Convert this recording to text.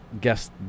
guess